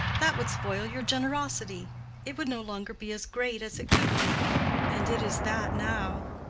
that would spoil your generosity it would no longer be as great as it could be and it is that now.